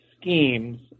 schemes